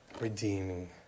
redeeming